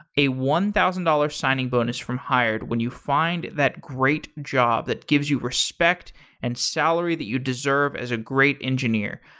a one thousand dollars signing bonus from hired when you find that great job that gives you respect and salary that you deserve as a great engineer.